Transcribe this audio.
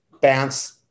bounce